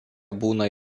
būna